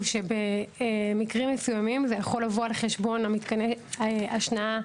הוא שבמקרים מסוימים זה יכול לבוא על חשבון מתקני ההשנאה,